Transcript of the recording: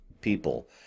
people